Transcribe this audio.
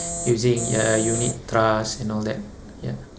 using a unit trust and all that ya